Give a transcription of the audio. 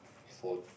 for